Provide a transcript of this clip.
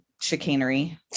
chicanery